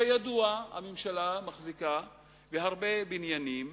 כידוע, הממשלה מחזיקה בהרבה בניינים